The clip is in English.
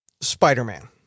Spider-Man